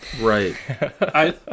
Right